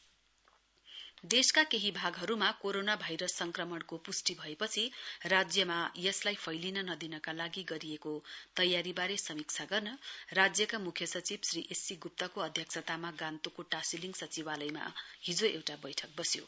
corona Sikkim देशका केही भागहरूमा कोरोना भाइरस संक्रमणको पुष्टि भएपछि राज्यमा यसलाई फैलिन नदिनका लागि गरिएको तयारीबारे समीक्षा गर्न राज्यका मुख्य सचिव श्री एससी गुप्तको अध्यक्षतामा गान्तोकको टाशीलिङ सचिवालयमा हिजो एउटा बैठक बस्यो